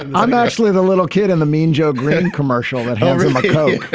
and i'm actually the little kid in the mean joe greene commercial that my co